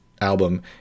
album